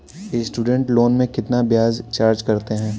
Student loan में कितना ब्याज चार्ज करते हैं?